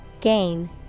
gain